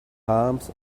palms